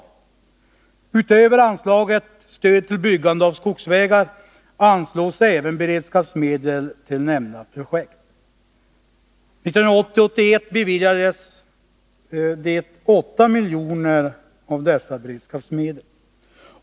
Utöver anslaget Stöd till byggande av skogsvägar anslås även beredskapsmedel till nämnda projekt. 1980/81 beviljades 8 miljoner av beredskapsmedel.